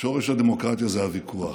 זה הוויכוח,